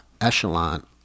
echelon